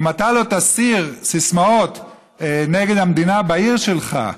אם אתה לא תסיר סיסמאות נגד המדינה בעיר שלך,